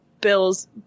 Bill's